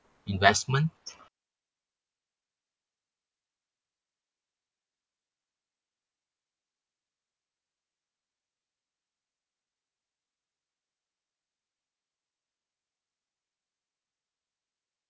investment